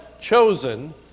chosen